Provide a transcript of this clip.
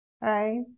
right